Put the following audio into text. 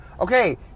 okay